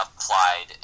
applied